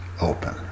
open